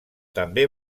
també